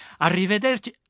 Arrivederci